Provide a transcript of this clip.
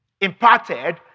imparted